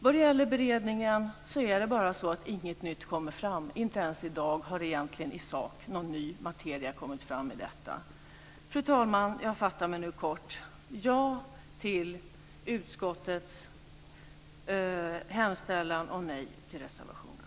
Vad gäller beredningen är det bara så att ingenting nytt kommer fram. Inte ens i dag har egentligen någon ny materia i sak kommit fram i detta sammanhang. Fru talman! Jag fattar mig nu kort: ja till utskottets hemställan och nej till reservationen.